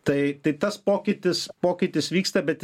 tai tas pokytis pokytis vyksta bet